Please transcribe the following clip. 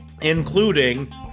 including